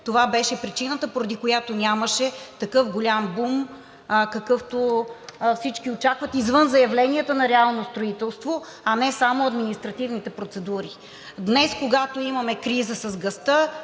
Това беше причината, поради която нямаше такъв голям бум, какъвто всички очакват извън заявленията на реалното строителство, а не само административните процедури. Днес, когато имаме криза с газта,